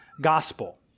gospel